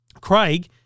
Craig